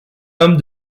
homme